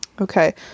Okay